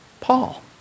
Paul